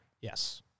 Yes